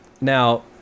now